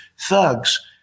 thugs